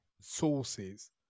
sources